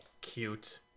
Cute